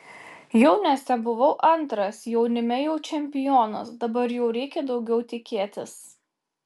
jauniuose buvau antras jaunime jau čempionas dabar jau reikia daugiau tikėtis